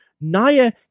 Naya